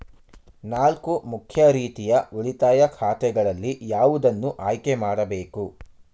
ನಾಲ್ಕು ಮುಖ್ಯ ರೀತಿಯ ಉಳಿತಾಯ ಖಾತೆಗಳಲ್ಲಿ ಯಾವುದನ್ನು ಆಯ್ಕೆ ಮಾಡಬೇಕು?